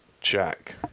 jack